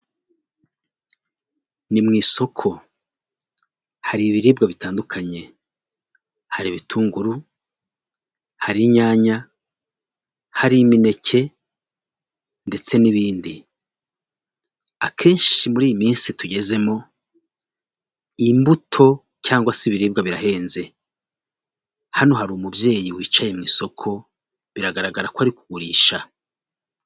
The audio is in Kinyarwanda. Ni mu isoko, hari ibiribwa bitandukanye; hari ibitunguru, hari inyanya, hari imineke, ndetse n'ibindi. Akenshi muri iyi minsi tugezemo imbuto cyangwa se ibiribwa birahenze hano hari umubyeyi wicaye mu isoko biragaragara ko ari kugurisha.